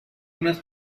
unas